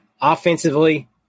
Offensively